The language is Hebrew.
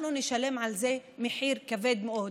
אנחנו נשלם על זה מחיר כבד מאוד,